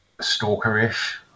stalker-ish